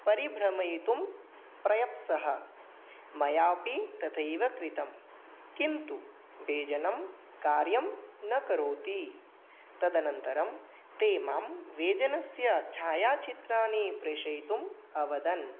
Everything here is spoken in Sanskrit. परिभ्रमयितुं प्रयत्सः मया अपि तथैव कृतं किन्तु व्यजनं कार्यं न करोति तदनन्तरं ते मां व्यजनस्य छायाचित्राणि प्रेषयितुम् अवदन्